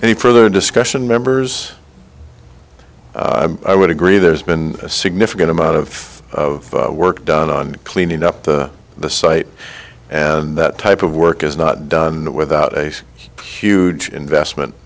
any further discussion members i would agree there's been a significant amount of work done on cleaning up the the site and that type of work is not done without ace huge investment